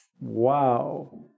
Wow